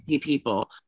people